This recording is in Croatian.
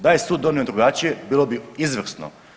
Da je sud donio drugačije bilo bi izvrsno.